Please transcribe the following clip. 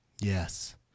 Yes